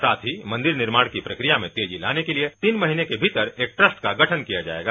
साथ ही मंदिर निर्माण की प्रक्रिया में तेजी लाने के लिए तीन महीने के भीतर एक ट्रस्ट का गठन किया जाएगा